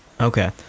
Okay